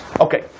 Okay